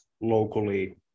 locally